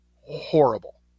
horrible